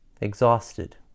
exhausted